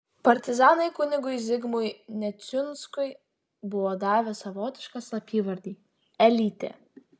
partizanai kunigui zigmui neciunskui buvo davę savotišką slapyvardį elytė